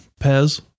Pez